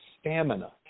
stamina